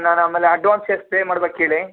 ನಾನು ಆಮೇಲೆ ಅಡ್ವಾನ್ಸ್ ಎಷ್ಟು ಪೇ ಮಾಡ್ಬೇಕು ಹೇಳಿ